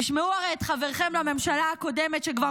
הרי תשמעו את חבריכם לממשלה הקודמת, שכבר